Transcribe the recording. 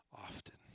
often